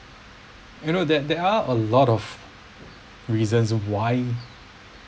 you know that there are a lot of reasons why